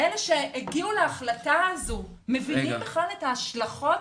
אלו שהגיעו להחלטה הזו מבינים בכלל את ההשלכות,